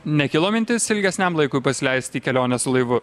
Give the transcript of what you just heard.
nekilo mintis ilgesniam laikui pasileist į kelionę su laivu